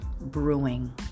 brewing